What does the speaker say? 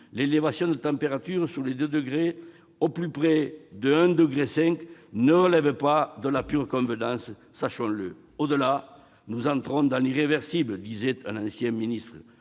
l'élévation de la température sous les 2 degrés, au plus près de 1,5 degré, ne relève pas de la pure convenance, sachons-le : au-delà, nous entrerions dans l'irréversible, comme le disait un ancien ministre.